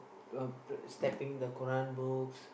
uh stepping the Quran books